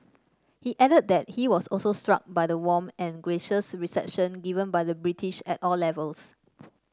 he added that he was also struck by the warm and gracious reception given by the British at all levels